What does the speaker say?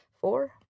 four